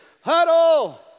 huddle